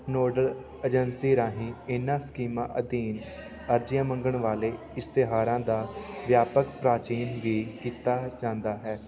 nodal agency ਰਾਹੀਂ ਇਹਨਾਂ ਸਕੀਮਾਂ ਅਧੀਨ ਅਰਜ਼ੀਆਂ ਮੰਗਣ ਵਾਲੇ ਇਸ਼ਤਿਹਾਰਾਂ ਦਾ ਵਿਆਪਕ ਪ੍ਰਾਚੀਨ ਵੀ ਕੀਤਾ ਜਾਂਦਾ ਹੈ